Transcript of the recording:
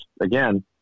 Again